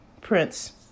Prince